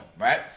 right